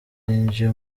yinjiye